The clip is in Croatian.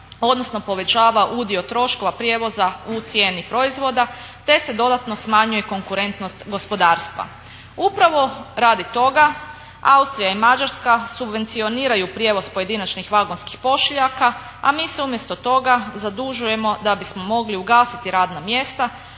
odnosno povećava udio troškova prijevoza u cijeni proizvoda te se dodatno smanjuje konkurentnost gospodarstva. Upravo radi toga Austrija i Mađarska subvencioniraju prijevoz pojedinačnih vagonskih pošiljaka, a mi se umjesto toga zadužujemo da bismo mogli ugasiti radna mjesta,